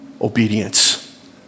obedience